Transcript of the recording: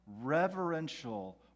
reverential